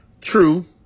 True